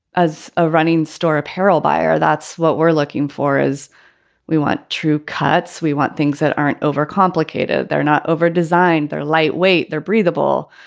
as a running store apparel buyer, that's what we're looking for is we want true cuts. we want things that aren't overcomplicated. they're not overdesigned. they're lightweight. they're breathable.